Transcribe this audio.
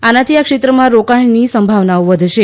આનાથી આ ક્ષેત્રમાં રોકાણની સંભાવનાઓ વધશે